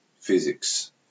physics